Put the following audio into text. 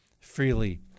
freely